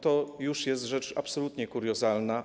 To już jest rzecz absolutnie kuriozalna.